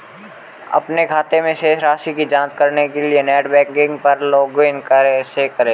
अपने खाते की शेष राशि की जांच करने के लिए नेट बैंकिंग पर लॉगइन कैसे करें?